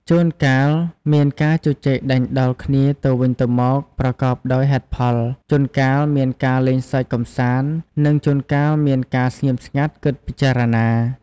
ជួនកាលមានការជជែកដេញដោលគ្នាទៅវិញទៅមកប្រកបដោយហេតុផល ជួនកាលមានការលេងសើចកម្សាន្ត និងជួនកាលមានការស្ងៀមស្ងាត់គិតពិចារណា។